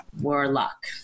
Warlock